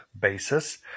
basis